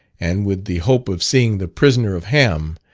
and with the hope of seeing the prisoner of ham,